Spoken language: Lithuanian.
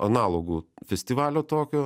analogų festivalio tokio